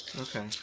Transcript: Okay